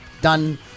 done